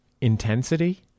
intensity